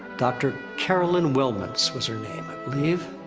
doctor caroline wellmitz was her name, i believe.